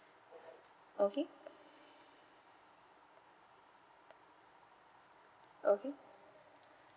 okay okay